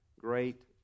Great